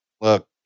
Look